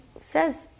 says